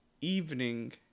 evening